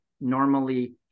normally